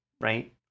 right